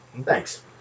Thanks